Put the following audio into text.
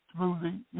smoothie